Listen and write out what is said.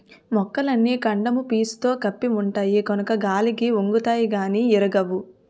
మొక్కలన్నీ కాండము పీసుతో కప్పి ఉంటాయి కనుక గాలికి ఒంగుతాయి గానీ ఇరగవు